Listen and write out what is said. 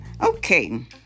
Okay